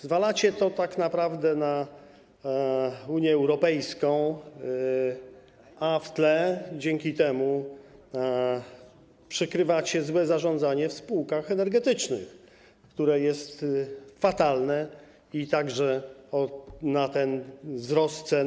Zwalacie to tak naprawdę na Unię Europejską, a w tle dzięki temu przykrywacie złe zarządzanie w spółkach energetycznych, które jest fatalne i ma istotny wpływ na wzrost cen.